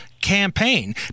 campaign